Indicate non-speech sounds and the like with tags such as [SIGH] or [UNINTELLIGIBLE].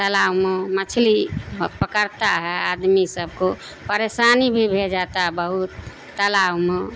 تالاب میں مچھلی پکڑتا ہے آدمی سب کو پریشانی بھی [UNINTELLIGIBLE] جاتا ہے بہت تالاب میں